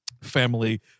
family